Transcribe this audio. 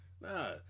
Nah